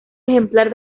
ejemplar